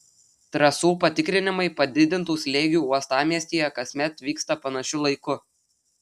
trasų patikrinimai padidintu slėgiu uostamiestyje kasmet vyksta panašiu laiku